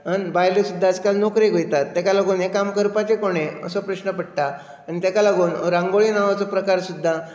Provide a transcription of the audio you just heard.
बायलो लेगीत सगळ्यो नोकरेक वयतात ताका लागून हें काम करपाचें कोणें असो प्रश्न पडटा आनी ताका लागून रांगोळी नांवाचो प्रकार सुद्दां